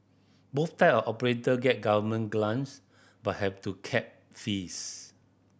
both type of operator get government grants but have to cap fees